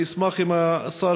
אני אשמח אם השר,